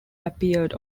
appeared